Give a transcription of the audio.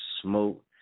Smoke